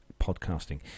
podcasting